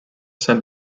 send